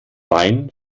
wein